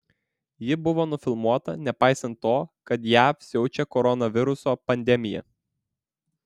ji buvo nufilmuota nepaisant to kad jav siaučia koronaviruso pandemija